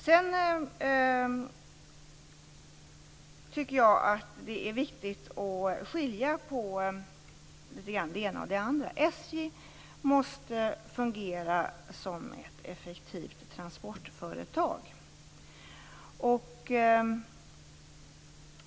Sedan tycker jag att det är viktigt att skilja på det ena och det andra. SJ måste fungera som ett effektivt transportföretag.